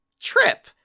trip